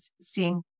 seeing